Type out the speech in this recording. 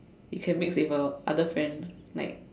you can mix with your other friend like